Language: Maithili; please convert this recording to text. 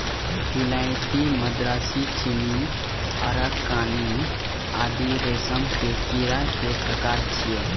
विलायती, मदरासी, चीनी, अराकानी आदि रेशम के कीड़ा के प्रकार छियै